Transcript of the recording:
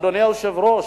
אדוני היושב-ראש,